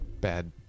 Bad